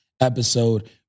episode